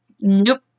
Nope